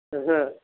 ओहो